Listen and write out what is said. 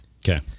Okay